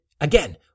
again